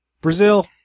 Brazil